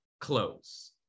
close